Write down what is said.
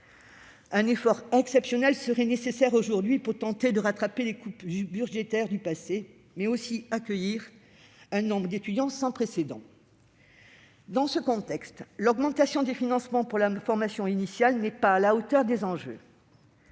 Un effort exceptionnel serait nécessaire, aujourd'hui, pour tenter de rattraper les coupes budgétaires du passé, mais aussi pour accueillir un nombre d'étudiants sans précédent. Dans ce contexte, l'augmentation des financements pour la formation initiale n'est pas à la hauteur des enjeux.